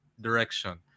direction